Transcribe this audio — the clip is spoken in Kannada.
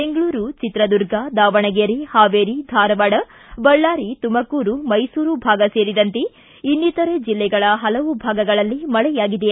ಬೆಂಗಳೂರು ಚಿತ್ರದುರ್ಗ ದಾವಣಗೆರೆ ಹಾವೇರಿ ಧಾರವಾಡ ಬಳ್ಳಾರಿ ತುಮಕೂರು ಮೈಸೂರು ಭಾಗ ಸೇರಿದಂತೆ ಇನ್ನಿತರ ಜಿಲ್ಲೆಗಳ ಹಲವು ಭಾಗಗಳಲ್ಲಿ ಮಳೆಯಾಗಿದೆ